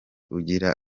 ugira